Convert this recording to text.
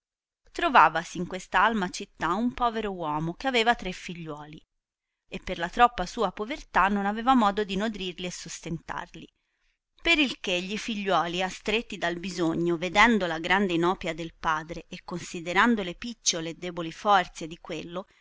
trovavasi in questa alma città un povero uomo che aveva tre figliuoli e per la troppa sua povertà non aveva modo di nodrirli e sostentarli per il che gli figliuoli astretti dal bisogno vedendo la grande inopia del padre e considerando le picciole e deboli forze di quello